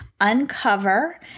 uncover